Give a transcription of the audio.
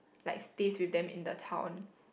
like stays with them in the town